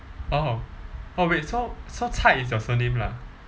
oh oh wait so so chai is your surname lah